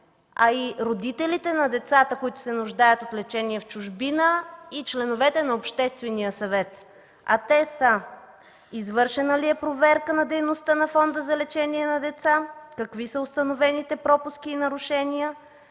а и родителите на децата, които се нуждаят от лечение в чужбина, и членовете на Обществения съвет, а те са: извършена ли е проверка на дейността на Фонда за лечение на деца? Какви са установените пропуски и нарушения?